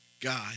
God